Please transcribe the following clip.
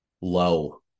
low